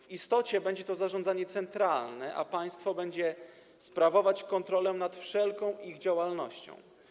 W istocie będzie to zarządzanie centralne, a państwo będzie sprawować kontrolę nad wszelką ich działalnością.